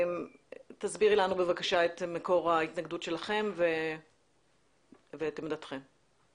תסבירי לנו בבקשה את מקור ההתנגדות שלכם ותאמרי את עמדתכם.